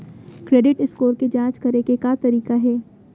Credit score के जाँच करे के का तरीका हे?